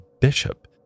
bishop